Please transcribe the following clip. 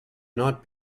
not